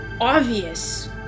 obvious